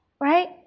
right